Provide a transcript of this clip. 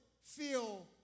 feel